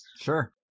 Sure